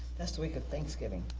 that's the week of thanksgiving.